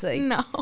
No